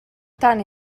tant